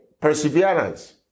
perseverance